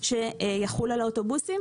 שיחול על האוטובוסים,